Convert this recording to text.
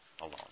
alone